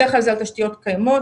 בדרך כלל, התשתיות קיימות.